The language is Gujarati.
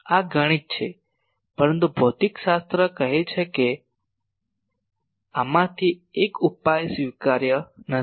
આ ગણિત છે પરંતુ ભૌતિકશાસ્ત્ર કહે છે કે આમાંથી એક ઉપાય સ્વીકાર્ય નથી